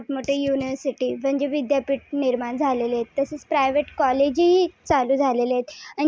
खूप मोठमोठया यूनिवर्सिटी म्हणजे विद्यापीठ निर्माण झालेले आहेत तसेच प्रायवेट कॉलेजही चालू झालेले आहेत